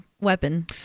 weapon